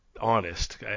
honest